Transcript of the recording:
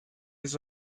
his